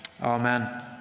Amen